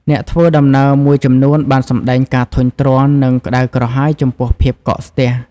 អ្នកធ្វើដំណើរមួយចំនួនបានសម្តែងការធុញទ្រាន់ និងក្តៅក្រហាយចំពោះភាពកកស្ទះ។